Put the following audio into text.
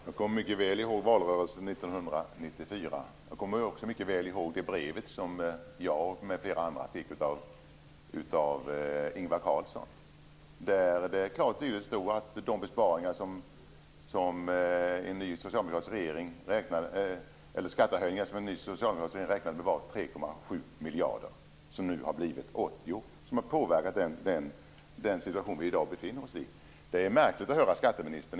Fru talman! Jag kommer mycket väl ihåg valrörelsen 1994. Jag kommer också mycket väl ihåg det brev som jag och flera andra fick av Ingvar Carlsson, där det klart och tydligt stod att de skattehöjningar som en ny socialdemokratisk regering räknade med var 3,7 miljarder, som nu har blivit 80 miljarder. Det har påverkat den situation vi i dag befinner oss i. Det är egentligen märkligt att höra skatteministern.